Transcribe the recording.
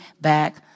back